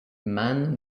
man